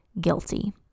guilty